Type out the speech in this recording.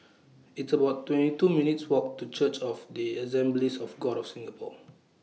It's about twenty two minutes' Walk to Church of The Assemblies of God of Singapore